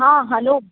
हां हलो